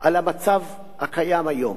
על המצב הקיים היום: